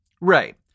Right